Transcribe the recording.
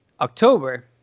October